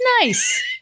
Nice